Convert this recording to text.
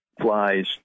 flies